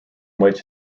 which